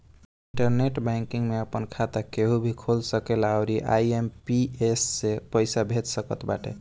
internet banking में आपन खाता केहू भी खोल सकेला अउरी आई.एम.पी.एस से पईसा भेज सकत बाटे